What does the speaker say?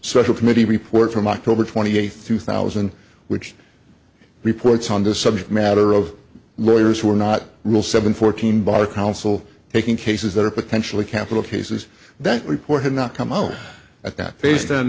committee report from october twenty eighth two thousand which reports on the subject matter of lawyers who are not real seven fourteen bar council taking cases that are potentially capital cases that report had not come out at that based on